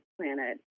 planet